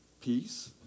peace